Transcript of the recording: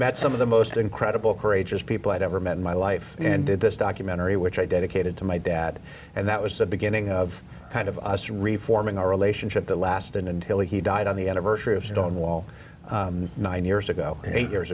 met some of the most incredible courageous people i'd ever met in my life and did this documentary which i dedicated to my dad and that was the beginning of kind of us reforming our relationship to last until he died on the anniversary of stonewall nine years ago eight years